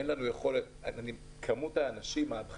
אין לי מספיק בוחנים בכירים.